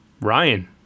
Ryan